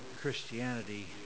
Christianity